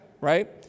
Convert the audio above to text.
right